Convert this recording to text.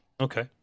Okay